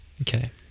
Okay